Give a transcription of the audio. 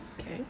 okay